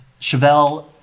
Chevelle